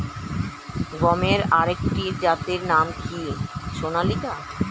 গমের আরেকটি জাতের নাম কি সোনালিকা?